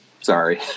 sorry